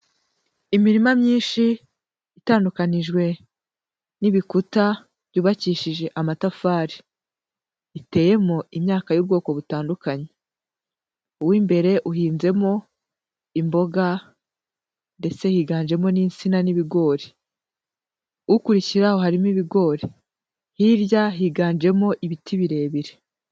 Imirima myinshi itandukanijwe n'ibikuta byubakishije amatafari, biteyemo imyaka y'ubwoko butandukanye. Uw'imbere uhinzemo, imboga ndetse higanjemo n'insina n'ibigori. Ukurikiraho harimo ibigori. Hirya higanjemo ibiti birebire.